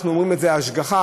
אנחנו קוראים לזה השגחה,